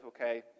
okay